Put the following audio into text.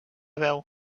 veu